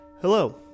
Hello